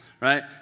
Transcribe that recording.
right